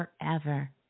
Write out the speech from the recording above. forever